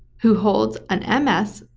who holds an m s.